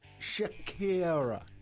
Shakira